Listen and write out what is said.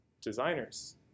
designers